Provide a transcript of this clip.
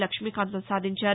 లక్ష్మీకాంతం సాధించారు